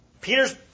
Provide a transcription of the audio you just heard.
Peter's